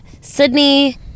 Sydney